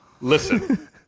Listen